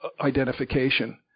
identification